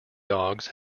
dogs